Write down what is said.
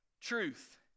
truth